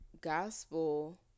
gospel